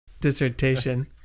dissertation